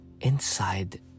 inside